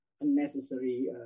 unnecessary